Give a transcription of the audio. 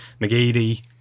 McGeady